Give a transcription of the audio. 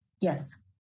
yes